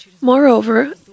Moreover